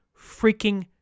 freaking